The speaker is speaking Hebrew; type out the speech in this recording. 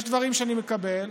יש דברים שאני מקבל,